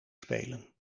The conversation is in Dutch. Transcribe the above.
spelen